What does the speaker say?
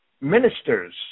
ministers